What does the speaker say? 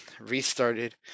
restarted